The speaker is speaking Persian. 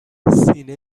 سینه